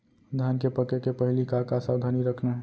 धान के पके के पहिली का का सावधानी रखना हे?